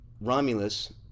Romulus